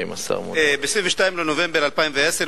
ב-22 בנובמבר 2010,